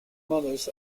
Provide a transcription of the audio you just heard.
mothers